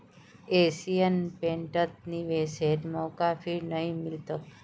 Asian पेंटत निवेशेर मौका फिर नइ मिल तोक